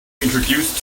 introduce